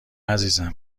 عزیزم